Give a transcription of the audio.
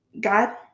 God